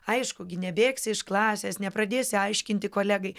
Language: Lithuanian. aišku gi nebėgsi iš klasės nepradėsi aiškinti kolegai